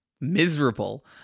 Miserable